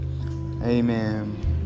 amen